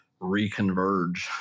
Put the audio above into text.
reconverge